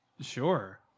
sure